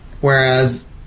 whereas